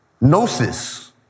Gnosis